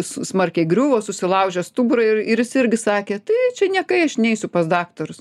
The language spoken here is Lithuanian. s smarkiai griuvo susilaužė stuburą ir ir jis irgi sakė tai čia niekai aš neisiu pas daktarus